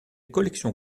collection